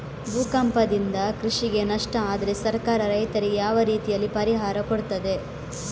ಭೂಕಂಪದಿಂದ ಕೃಷಿಗೆ ನಷ್ಟ ಆದ್ರೆ ಸರ್ಕಾರ ರೈತರಿಗೆ ಯಾವ ರೀತಿಯಲ್ಲಿ ಪರಿಹಾರ ಕೊಡ್ತದೆ?